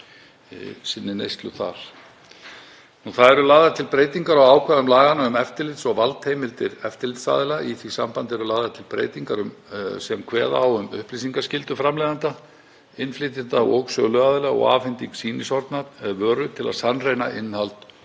Lagðar eru til breytingar á ákvæðum laganna um eftirlits- og valdheimildir eftirlitsaðila. Í því sambandi eru lagðar til breytingar sem kveða á um upplýsingaskyldu framleiðenda, innflytjenda og söluaðila og afhending sýnishorna vöru til að sannreyna innihald